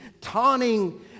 taunting